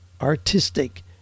artistic